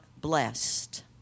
blessed